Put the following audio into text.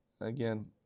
again